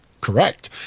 correct